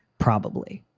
probably.